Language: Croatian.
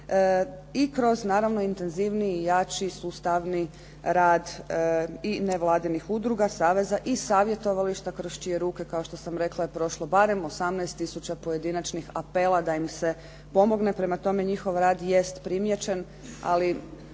i kroz naravno intenzivniji i jači, sustavniji rad i nevladinih udruga, saveza i savjetovališta kroz čije ruke kao što sam rekla je prošlo barem 18 tisuća pojedinačnih apela da im se pomogne. Prema tome, njihov rad jest primijećen ali